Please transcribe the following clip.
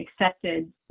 accepted